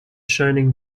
shining